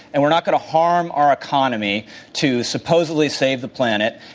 and we're not going to harm our economy to supposedly save the planet,